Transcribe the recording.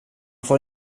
får